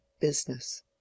business